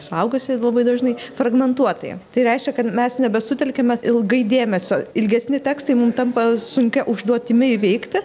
suaugusieji labai dažnai fragmentuotai tai reiškia kad mes nebesutelkiame ilgai dėmesio ilgesni tekstai mum tampa sunkia užduotimi įveikti